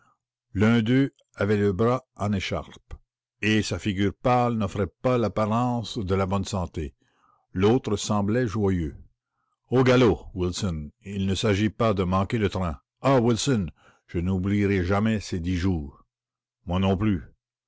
l'un d'eux avait le bras en écharpe et sa figure pâle n'offrait pas l'apparence de la bonne santé l'autre semblait joyeux au galop wilson il ne s'agit pas de manquer le train ah wilson je n'oublierai jamais ces dix jours moi